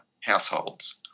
households